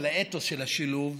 על האתוס של השילוב,